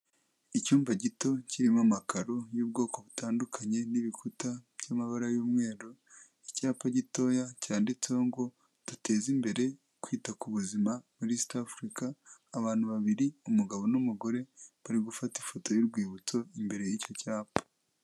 Icyumba gito kirimo amakaro y'ubwoko butandukanye n'ibikuta by'amabara y'umweru icyapa gitoya cyanditseho ngo duteze imbere kwita ku buzima muri east africa abantu babiri umugabo n'umugore bari gufata ifoto y'urwibutso imbere y'icyo cyapa.